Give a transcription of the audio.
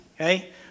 okay